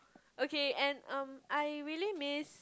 okay and um I really miss